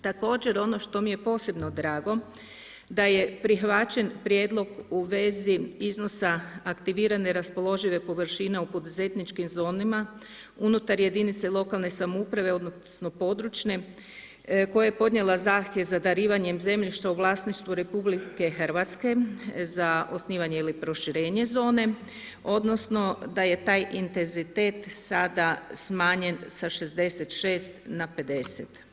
Također ono što mi je posebno drago da je prihvaćen prijedlog u vezi iznosa aktivirane raspoložive površine u poduzetničkim zonama unutar jedinice lokalne samouprave odnosno područne koja je podnijela zahtjev za darivanjem zemljišta u vlasništvu RH za osnivanje ili proširenje zone odnosno da je taj intenzitet sada smanjen sa 66 na 50.